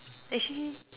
actually